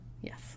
Yes